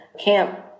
camp